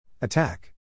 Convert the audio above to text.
Attack